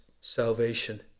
salvation